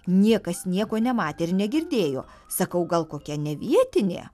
niekas nieko nematė ir negirdėjo sakau gal kokia nevietinė